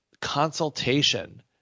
consultation